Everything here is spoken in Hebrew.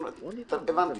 הבנתי.